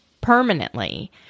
permanently